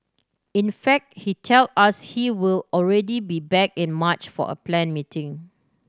in fact he tell us he will already be back in March for a plan meeting